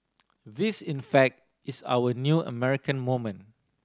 this in fact is our new American moment